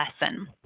lesson